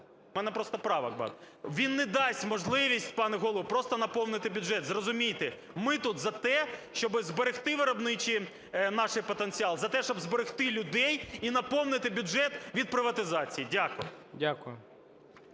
У мене просто правок багато. Він не дасть можливість, пане Голово, просто наповнити бюджет. Зрозумійте, ми тут за те, щоб зберегти виробничий наш потенціал, за те, щоб зберегти людей і наповнити бюджет від приватизації. Дякую.